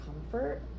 comfort